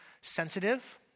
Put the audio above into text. sensitive